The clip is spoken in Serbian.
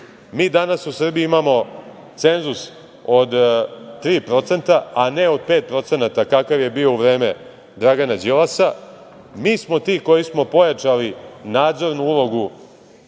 Mi danas u Srbiji imamo cenzus od 3%, a ne od 5% kakav je bio u vreme Dragana Đilasa. Mi smo ti koji smo pojačali nadzornu ulogu